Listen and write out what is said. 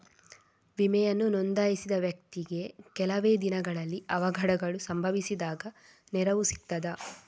ವಿಮೆಯನ್ನು ನೋಂದಾಯಿಸಿದ ವ್ಯಕ್ತಿಗೆ ಕೆಲವೆ ದಿನಗಳಲ್ಲಿ ಅವಘಡಗಳು ಸಂಭವಿಸಿದಾಗ ನೆರವು ಸಿಗ್ತದ?